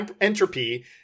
entropy